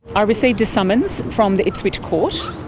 ah received a summons from the ipswich court,